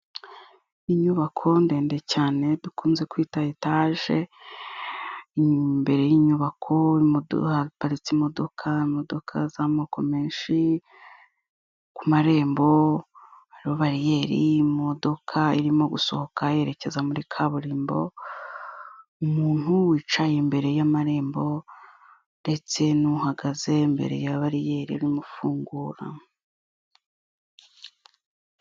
Inyubako ndende cyane dukunze kwita etaje, imbere y'inyubako haparitse imodoka, imodoka z'amoko menshi, ku marembo hariho bariyeri, imodoka irimo gusohoka yerekeza muri kaburimbo, umuntu wicaye imbere y'amarembo, ndetse n'uhagaze imbere ya bariyeri urimo ufungura.